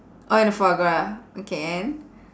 orh and the foie gras okay and